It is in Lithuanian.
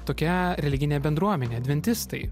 tokia religinė bendruomenė adventistai